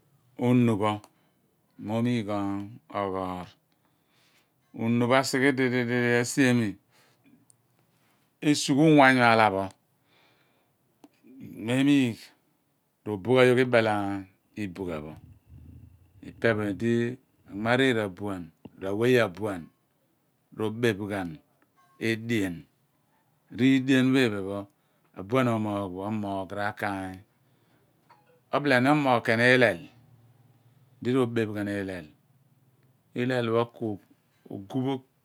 Unu pho mo miigh oyhoor unu pho asighe idi di di di asien, esugh a uwanyu aala pho mo miigh roougha yogh ibel ibugha pho ipe pho idi anmariii abuan r´aweye abuan r´obeph ghan edien riigien pho iphen pho abulo omoogh bo omoogh rakaainy obui omoogh ke ini ihcel di robeph ghan ilel ihlel pho ko guiphogh